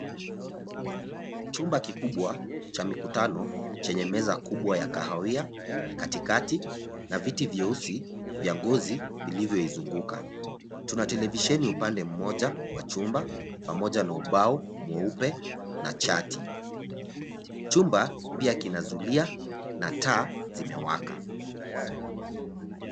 Chumba kikubwa cha mikutano chenye meza kubwa ya kahawia, katikati, na viti vyeusi vya ngozi vilvyoizunguka. Tuna televisheni upande mmoja wa chumba, pamoja na ubao mweupe na chati. Chumba pia kina zulia na taa zimewaka.